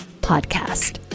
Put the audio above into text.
Podcast